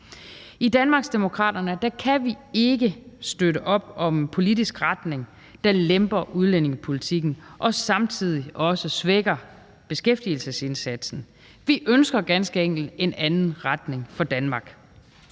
I Danmarksdemokraterne kan vi ikke støtte op om en politisk retning, der lemper udlændingepolitikken og samtidig også svækker beskæftigelsesindsatsen. Vi ønsker ganske enkelt en anden retning for Danmark.